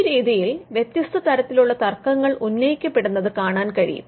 ഈ രീതിയിൽ വ്യത്യസ്ത തരത്തിലുള്ള തർക്കങ്ങൾ ഉന്നയിക്കപ്പെടുന്നത് കാണാൻ കഴിയും